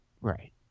Right